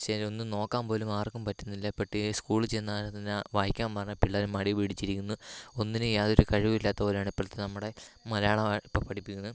ശരി ഒന്ന് നോക്കാൻ പോലും ആർക്കും പറ്റുന്നില്ല ഇപ്പം ടി സ്കൂളിൽ ചെന്നാൽ തന്നെ വായിക്കാൻ പറഞ്ഞാൽ പിള്ളേർ മടി പിടിച്ചിരിക്കുന്നു ഒന്നിനും യാതൊരു കഴിവില്ലാത്ത പോലെയാണ് ഇപ്പോഴത്തെ നമ്മുടെ മലയാളം ഇപ്പോൾ പഠിപ്പിക്കുന്നത്